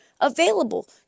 available